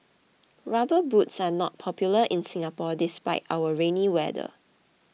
rubber boots are not popular in Singapore despite our rainy weather